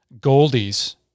Goldie's